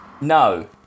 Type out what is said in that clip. No